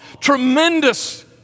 tremendous